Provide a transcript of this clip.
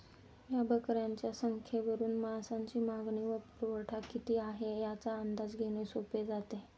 या बकऱ्यांच्या संख्येवरून मांसाची मागणी व पुरवठा किती आहे, याचा अंदाज घेणे सोपे जाते